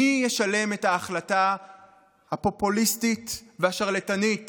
מי ישלם את ההחלטה הפופוליסטית והשרלטנית